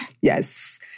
Yes